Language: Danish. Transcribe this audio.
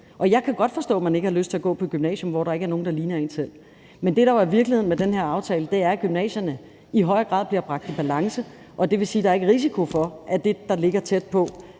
Jeg kan godt forstå, at man ikke har lyst til at gå på et gymnasium, hvor der ikke er nogen, der ligner en selv. Men det, der jo er virkeligheden med den her aftale, er, at gymnasierne i højere grad bliver bragt i balance, og det vil sige, at der ikke er risiko for, at det gymnasium, der ligger tæt på,